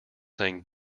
saying